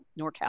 norcal